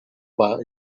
about